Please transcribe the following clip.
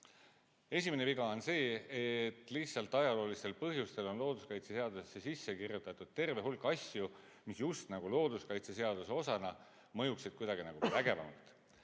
Esimene viga on see, et lihtsalt ajaloolistel põhjustel on looduskaitseseadusesse sisse kirjutatud terve hulk asju, mis just nagu looduskaitseseaduse osana mõjuksid kuidagi vägevamalt.